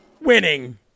winning